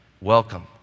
welcome